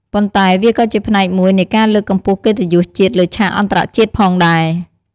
ប៉ុន្តែវាក៏ជាផ្នែកមួយនៃការលើកកម្ពស់កិត្តិយសជាតិលើឆាកអន្តរជាតិផងដែរ។